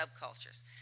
subcultures